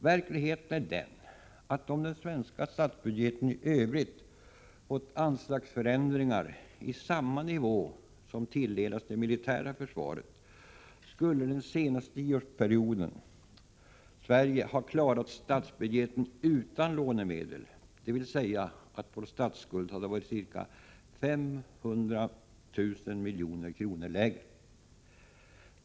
Verkligheten är den att om den svenska statsbudgeten i övrigt hade fått anslagsförändringar i samma nivå som tilldelats det militära försvaret under den senaste tioårsperioden skulle Sverige ha klarat statsbudgeten utan lånemedel, dvs. vår statsskuld hade varit ca 500 000 milj.kr. lägre.